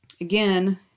Again